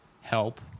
help